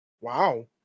Wow